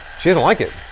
she doesn't like it.